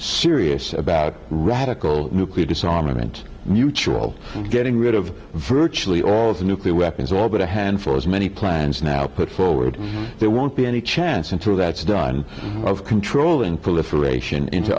serious about radical nuclear disarmament mutual getting rid of virtually all of the nuclear weapons all but a handful as many plans now put forward there won't be any chance in two that's done of controlling